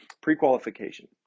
Pre-qualification